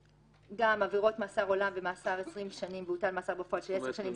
גם עבירות מאסר עולם ומאסר 20 שנים והוטל מאסר בפועל של 10 שנים.